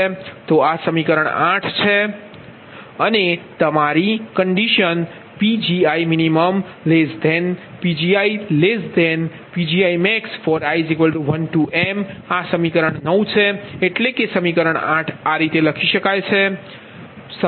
તો આ સમીકરણ 8 છે અને તમારી PgiminPgiPgimax for i12m આ સમીકરણ 9 છે એટલે કે સમીકરણ 8 લખી શકાય છે